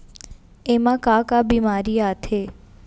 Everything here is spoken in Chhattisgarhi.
एमा का का बेमारी आथे?